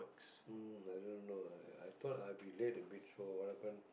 mm i don't know I I thought I be late a bit so what happen